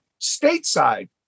stateside